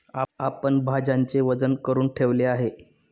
आपण भाज्यांचे वजन करुन ठेवले आहे